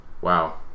Wow